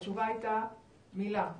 התשובה הייתה מילה אחת: